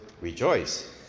rejoice